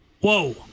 whoa